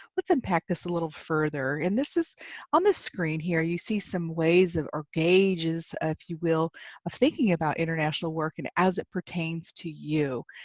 let's unpack this a little further and this is on the screen here you see some ways of or gauges if you will of thinking about international work and as it pertains to you.